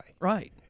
Right